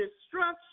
destruction